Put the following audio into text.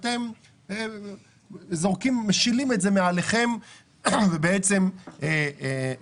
אתם משילים את זה מעליכם את הסמכות ובעצם מועלים